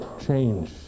change